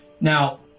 Now